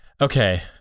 okay